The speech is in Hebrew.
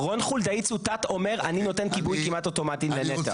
רון חולדאי צוטט אומר: אני נותן גיבוי כמעט אוטומטי לנת"ע.